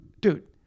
dude